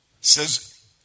says